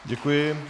Děkuji.